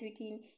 routine